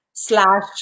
slash